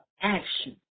action